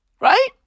Right